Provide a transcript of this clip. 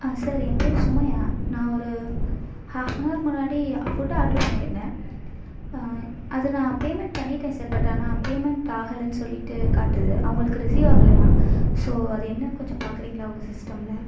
ஆ sir என் பேர் சுமையா நான் ஒரு ஹாஃப் அண்ட் ஹவர் முன்னாடி ஃபுட் ஆர்ட்ரு பண்ணியிருந்தேன் அது நான் பேமெண்ட் பண்ணிவிட்டேன் சார் பட் ஆனால் பேமெண்ட் ஆகலன்னு சொல்லிவிட்டு காட்டுது அவங்களுக்கு ரிஸீவ் ஆகலையாம் ஸோ அது என்னன்னு கொஞ்சம் பார்க்கறீங்களா உங்கள் சிஸ்டமில்